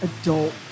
adult